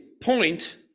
point